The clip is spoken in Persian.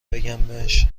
بگمش